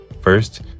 First